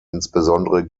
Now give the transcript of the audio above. insbesondere